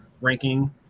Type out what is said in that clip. ranking